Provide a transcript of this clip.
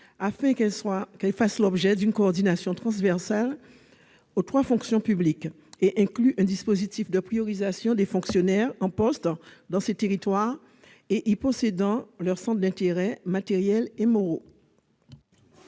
afin qu'elles fassent l'objet d'une coordination transversale aux trois fonctions publiques et incluent un dispositif de priorisation des fonctionnaires en poste dans ces territoires et y possédant le centre de leurs intérêts matériels et moraux.